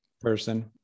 person